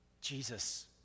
Jesus